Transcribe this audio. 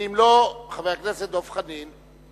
ואם לא, חבר הכנסת דב חנין.